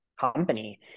company